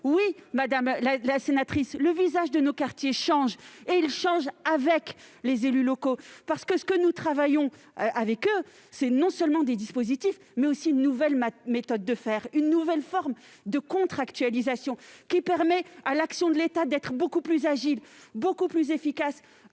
Oui, madame la sénatrice, le visage de nos quartiers change, et il change avec les élus locaux ! Ce à quoi nous travaillons avec eux, ce sont non seulement des dispositifs, mais aussi une nouvelle manière de faire, une nouvelle forme de contractualisation qui permet à l'action de l'État de gagner en agilité et en efficacité,